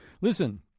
Listen